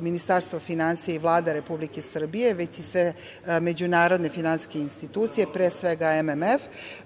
Ministarstvo finansija i Vlada Republike Srbije, već i sve međunarodne finansijske institucije, pre svega MMF,